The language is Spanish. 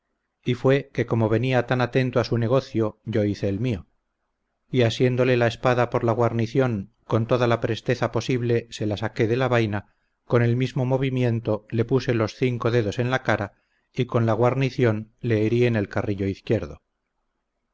y fue que como venía tan atento a su negocio yo hice el mio y asiéndole la espada por la guarnición con toda la presteza posible se la saqué de la vaina con el mismo movimiento le puse los cinco dedos en la cara y con la guarnición le herí en el carrillo izquierdo